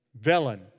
villain